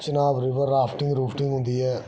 Chenab river rafting rafting होंदी ऐ